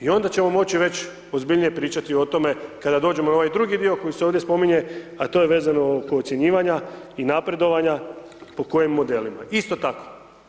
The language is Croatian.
I onda ćemo moći već ozbiljnije pričati o tome kada dođemo u ovaj drugi dio koji se ovdje spominje a to je vezano oko ocjenjivanja i napredovanja po kojim modelima isto tako.